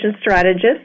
strategist